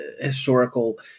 historical